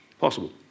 possible